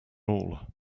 all